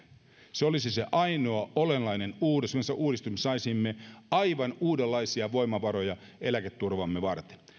se olisi se ainoa olennainen uudistus millä me saisimme aivan uudenlaisia voimavaroja eläketurvaamme varten